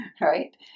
right